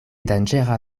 danĝera